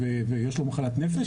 ויש לו מחלת נפש,